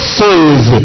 says